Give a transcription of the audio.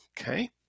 Okay